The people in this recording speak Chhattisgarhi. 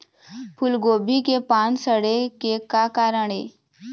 फूलगोभी के पान सड़े के का कारण ये?